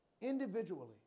individually